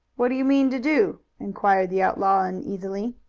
what do you mean to do? inquired the outlaw uneasily.